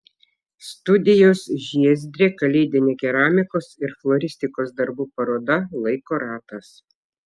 studijos žiezdrė kalėdinė keramikos ir floristikos darbų paroda laiko ratas